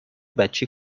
بچه